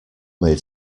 made